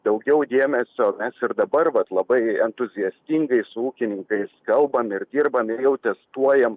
daugiau dėmesio mes ir dabar vat labai entuziastingai su ūkininkais kalbam ir dirbam ir jau testuojam